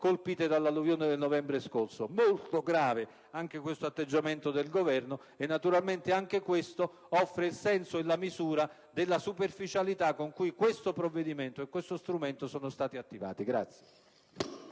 colpite dall'alluvione del novembre scorso. Anche questo atteggiamento del Governo è molto grave ed offre il senso e la misura della superficialità con cui questo provvedimento e questo strumento sono stati attivati.